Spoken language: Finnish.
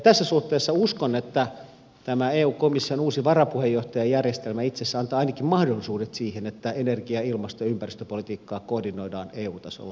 tässä suhteessa uskon että tämä eu komission uusi varapuheenjohtajajärjestelmä itse asiassa antaa ainakin mahdollisuudet siihen että energia ilmasto ja ympäristöpolitiikkaa koordinoidaan eu tasolla paremmin kuin tähän saakka